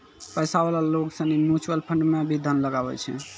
पैसा वाला लोग सनी म्यूचुअल फंड मे भी धन लगवै छै